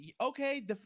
okay